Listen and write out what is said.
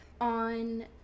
on